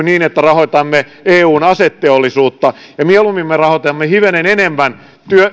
niin että rahoitamme eun aseteollisuutta ja mieluummin me rahoitamme hivenen enemmän